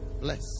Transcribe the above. Bless